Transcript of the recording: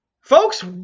folks—